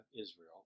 Israel